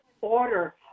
order